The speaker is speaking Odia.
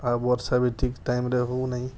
ଆଉ ବର୍ଷା ବି ଠିକ ଟାଇମ୍ରେ ହୋଉନାହିଁ